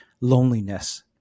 loneliness